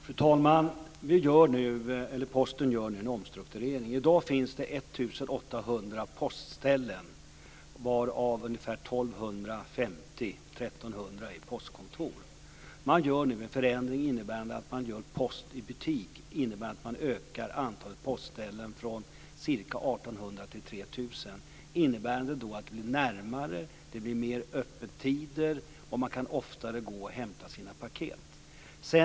Fru talman! Posten gör nu en omstrukturering. I dag finns det 1 800 postställen varav 1 250-1 300 är postkontor. Man gör nu en förändring innebärande att man har post i butik. Det gör att man ökar antalet postställen från ca 1 800 till 3 000. Då blir det närmare. Det blir längre öppettider, och man kan oftare gå och hämta sina paket.